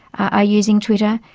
are using twitter,